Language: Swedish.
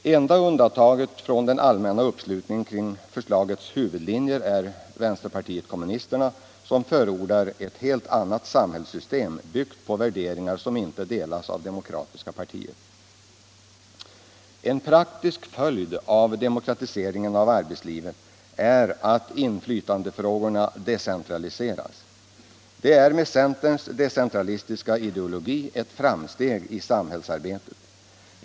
Enda undantaget från den allmänna uppslutningen kring förslagets huvudlinjer är vänsterpartiet kommunisterna som förordar et helt annat samhällssystem byggt på värderingar som inte delas av demokratiska partier. En praktisk följd av demokratiseringen av arbetslivet är att inflytandefrågorna decentraliseras. Det är med centerns decentralistiska ideologi ett framsteg i samhällsarbetet.